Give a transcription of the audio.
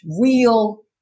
real